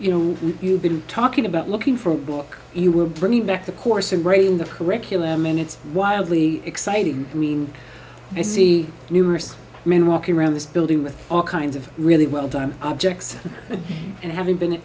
you know you've been talking about looking for a book you were bringing back the course and breaking the curriculum and it's wildly exciting i mean i see numerous men walking around this building with all kinds of really well timed objects and having been